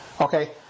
okay